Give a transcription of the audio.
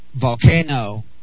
volcano